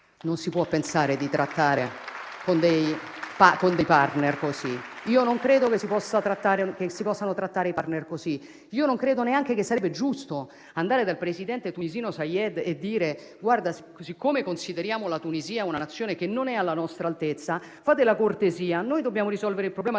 Non si può pensare di trattare con dei *partner* così. Io non credo che si possano trattare i *partner* così e non credo neanche che sarebbe giusto andare dal presidente tunisino Saied e dirgli: guarda, siccome consideriamo la Tunisia una Nazione che non è alla nostra altezza, fate la cortesia. Noi dobbiamo risolvere il problema